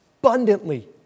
abundantly